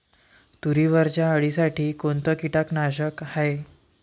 तुरीवरच्या अळीसाठी कोनतं कीटकनाशक हाये?